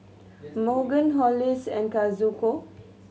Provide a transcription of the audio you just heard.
Morgan Hollis and Kazuko